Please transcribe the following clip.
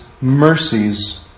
mercies